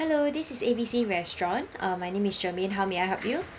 hello this is A B C restaurant uh my name is germaine how may I help you